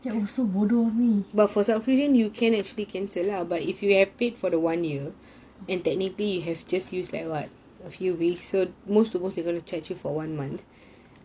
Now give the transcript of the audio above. that was so bodoh of me